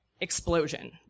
explosion